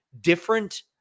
different